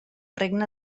regne